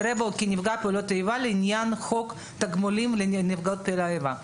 יראו בו כנפגע פעולות איבה לעניין חוק תגמולים לנפגעים פעולות איבה".